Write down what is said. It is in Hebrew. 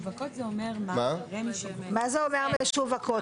מה זה אומר משווקות?